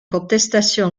contestation